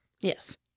Yes